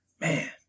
Man